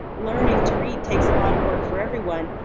learning to read takes a lot of work for everyone,